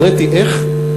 הראיתי איך,